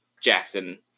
Jackson